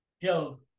Yo